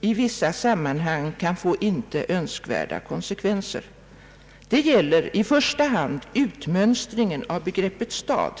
i vissa sammanhang kan få icke önskvärda konsekvenser. Det gäller i första hand »utmönstringen» av begreppet stad.